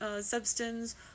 substance